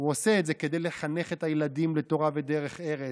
עושה את זה כדי לחנך את הילדים לתורה ודרך ארץ,